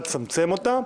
הוא מציע לצמצם אותה,